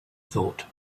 thought